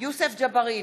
יוסף ג'בארין,